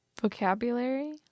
vocabulary